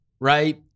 right